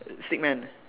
a stick man